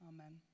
Amen